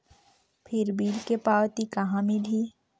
फिर बिल के पावती कहा मिलही?